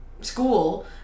school